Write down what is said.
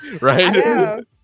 Right